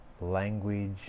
language